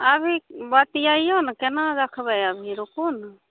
अभी बतैयैऔ ने कोना रखबै अभी रुकू ने